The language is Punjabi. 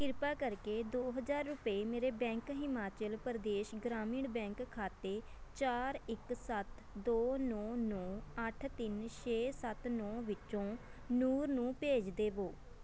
ਕਿਰਪਾ ਕਰਕੇ ਦੋ ਹਜ਼ਾਰ ਰੁਪਏ ਮੇਰੇ ਬੈਂਕ ਹਿਮਾਚਲ ਪ੍ਰਦੇਸ਼ ਗ੍ਰਾਮੀਣ ਬੈਂਕ ਖਾਤੇ ਚਾਰ ਇੱਕ ਸੱਤ ਦੋ ਨੌ ਨੌ ਅੱਠ ਤਿੰਨ ਛੇ ਸੱਤ ਨੌ ਵਿਚੋਂ ਨੂਰ ਨੂੰ ਭੇਜ ਦੇਵੋ